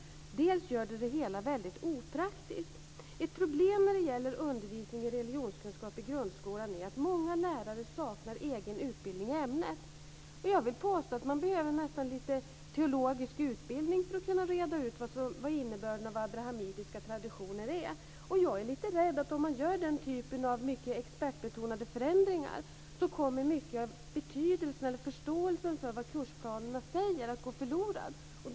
Dessutom gör det det hela väldigt opraktiskt. Ett problem när det gäller undervisning i religionskunskap i grundskolan är att många lärare saknar utbildning i ämnet. Jag vill påstå att man nästan behöver lite teologisk utbildning för att kunna reda ut vad innebörden av "abrahamitiska traditioner" är. Jag är lite rädd för att en stor del av förståelsen för vad kursplanerna säger kommer att gå förlorad om man gör den typen av mycket expertbetonade förändringar.